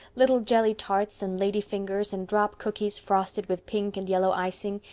little jelly tarts and lady fingers, and drop cookies frosted with pink and yellow icing,